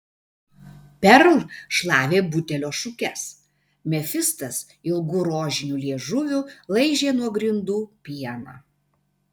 perl šlavė butelio šukes mefistas ilgu rožiniu liežuviu laižė nuo grindų pieną